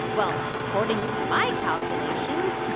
well, according to my calculations